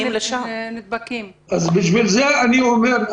בשביל אני אומר,